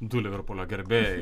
du liverpulio gerbėjai